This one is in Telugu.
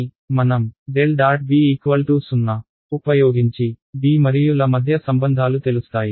B0 ఉపయోగించి B మరియు ల మధ్య సంబంధాలు తెలుస్తాయి